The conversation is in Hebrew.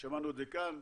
ושמענו את זה כאן.